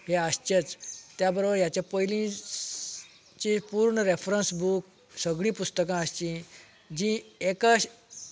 हे आसचेच त्या बरोबर हेच्या पयलीचे पूर्ण रॅफ्रंस बूक सगळीं पुस्तकां आसची जी एका